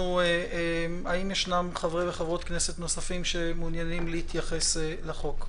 האם יש חברות וחברי כנסת נוספים שמעוניינים להתייחס לחוק?